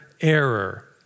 error